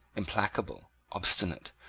implacable, obstinate,